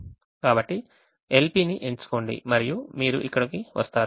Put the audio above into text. కాబట్టి simplex LP ని ఎంచుకోండి మరియు మీరు ఇక్కడకు వస్తారు